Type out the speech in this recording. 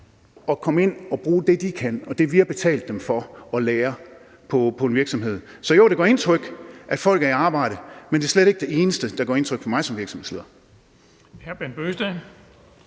at komme ind og bruge det, de kan, og det, vi har betalt dem for at lære på en virksomhed. Så jo, det gør indtryk, at folk er i arbejde, men det er slet ikke det eneste, der gør indtryk på mig som virksomhedsleder.